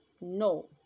No